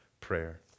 prayer